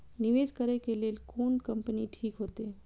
निवेश करे के लेल कोन कंपनी ठीक होते?